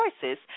choices